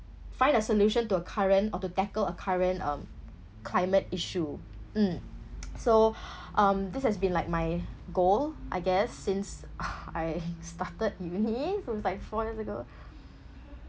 find a solution to a current or to tackle a current um climate issue mm so um this has been like my goal I guess since uh I started uni was like four years ago